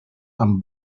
amb